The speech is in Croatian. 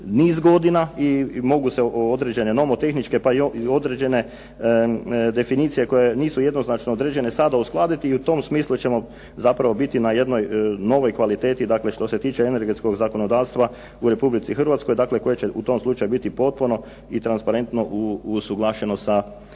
niz godina i mogu se određene nomotehničke pa i određene definicije koje nisu jednoznačno određene sada uskladiti i u tom smislu ćemo zapravo biti na jednoj novoj kvaliteti dakle što se tiče energetskog zakonodavstva u Republici Hrvatskoj, dakle koje će u tom slučaju biti potpuno i transparentno usuglašeno sa